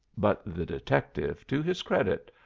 but the detective, to his credit,